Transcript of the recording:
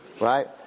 right